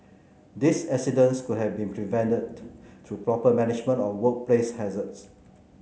these accidents could have been prevented through proper management of workplace hazards